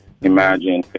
Imagine